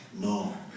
no